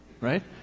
right